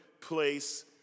place